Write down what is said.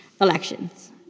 elections